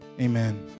Amen